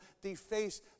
deface